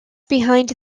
behind